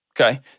Okay